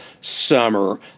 summer